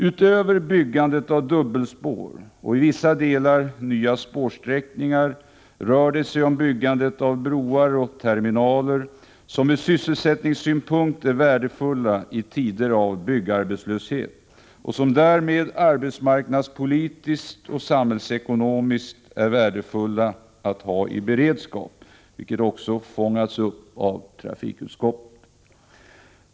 Utöver byggandet av dubbelspår och i vissa delar nya spårsträckningar rör det sig om byggandet av broar och terminaler, som ur sysselsättningssynpunkt är av vikt i tider av byggarbetslöshet och som därmed arbetsmarknadspolitiskt och samhällsekonomiskt är värdefulla att ha i beredskap, vilket också fångats upp av trafikutskottet.